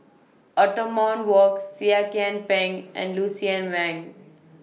Othman Wok Seah Kian Peng and Lucien Wang